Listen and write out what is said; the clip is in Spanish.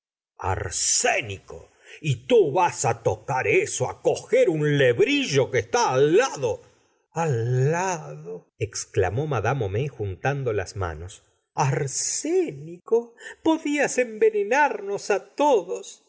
arsénico y tú vas á tocar eso á coger un lebrillo que está al lado allado exclamómadamehomaisjuntandolas manos arsénico podías envenenarnos á todos